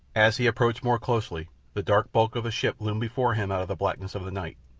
as he approached more closely the dark bulk of a ship loomed before him out of the blackness of the night.